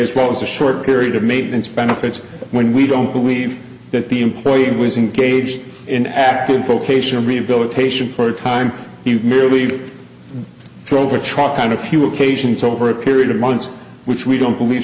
as well as a short period of maintenance benefits when we don't believe that the employee was engaged in active folk ational rehabilitation for a time he merely drove a truck kind of a few occasions over a period of months which we don't believe